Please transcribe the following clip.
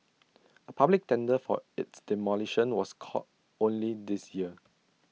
A public tender for its demolition was called only this year